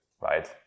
Right